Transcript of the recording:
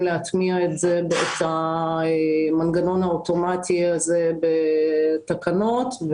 להטמיע את המנגנון האוטומטי הזה בתקנות.